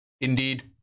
indeed